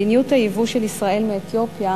מדיניות הייבוא של ישראל מאתיופיה